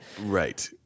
Right